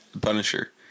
Punisher